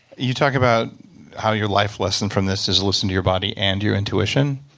you talk about how your life lesson from this is listen to your body and your intuition.